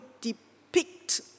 depict